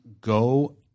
go